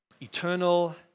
eternal